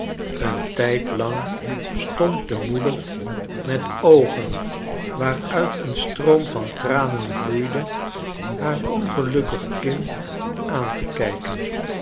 een tijdlang stond de moeder met oogen waaruit een stroom van tranen vloeide haar ongelukkig kind aan te kijken